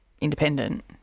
independent